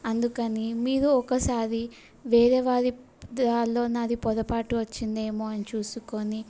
అందుకని మీరు ఒకసారి వేరే వారి దారిలో నాది పొరపాటు వచ్చిందేమో అని చూసుకుని